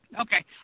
Okay